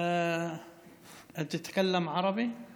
(אומר בערבית: אתה מדבר ערבית?) (אומר בערבית: